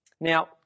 now